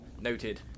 Noted